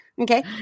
okay